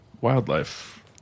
wildlife